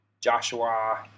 Joshua